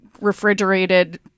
refrigerated